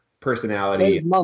personality